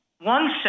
One